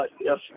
yes